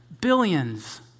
Billions